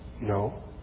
No